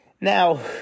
Now